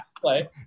play